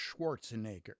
Schwarzenegger